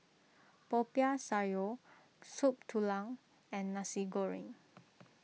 Popiah Sayur Soup Tulang and Nasi Goreng